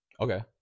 Okay